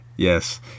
yes